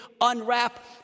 unwrap